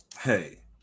Hey